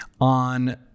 on